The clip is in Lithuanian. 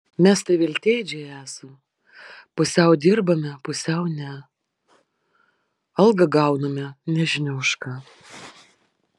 mes tai veltėdžiai esam pusiau dirbame pusiau ne algą gauname nežinia už ką